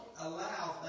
allow